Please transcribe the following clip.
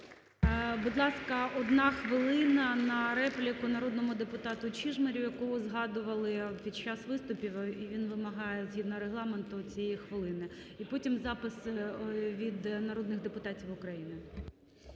Будь ласка, одна хвилина на репліку народному депутату Чижмарю, якого згадували під час виступів і він вимагає згідно Регламенту цієї хвилини і потім – записи від народних депутатів України.